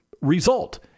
result